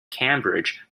cambridge